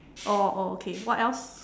oh oh okay what else